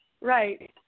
right